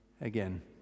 again